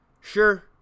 Sure